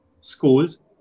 schools